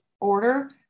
order